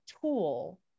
tool